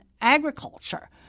agriculture